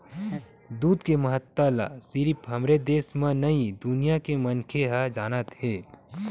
दूद के महत्ता ल सिरिफ हमरे देस म नइ दुनिया के मनखे ह जानत हे